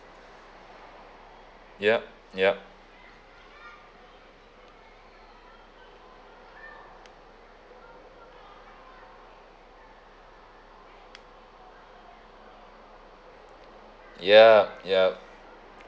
yup yup yup yup